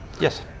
yes